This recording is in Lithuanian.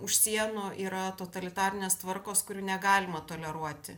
už sienų yra totalitarinės tvarkos kurių negalima toleruoti